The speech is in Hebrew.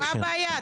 מה הבעיה?